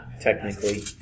Technically